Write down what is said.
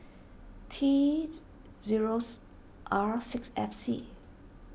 T Z zeros R six F C